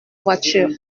voiture